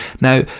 Now